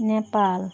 Nepal